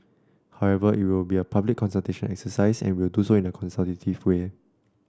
however it will be a public consultation exercise and we will do so in a consultative way